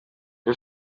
iyo